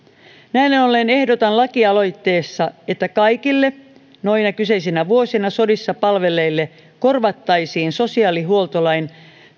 näin näin ollen ehdotan lakialoitteessa että kaikille noina kyseisinä vuosina sodissa palvelleille korvattaisiin sosiaalihuoltolain